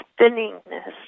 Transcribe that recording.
spinningness